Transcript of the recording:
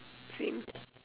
same